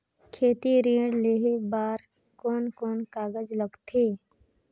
खेती ऋण लेहे बार कोन कोन कागज लगथे?